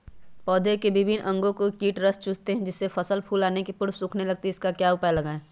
पौधे के विभिन्न अंगों से कीट रस चूसते हैं जिससे फसल फूल आने के पूर्व सूखने लगती है इसका क्या उपाय लगाएं?